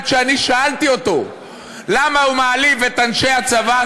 כשאני שאלתי אותו למה הוא מעליב את אנשי הצבא,